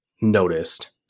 noticed